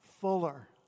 fuller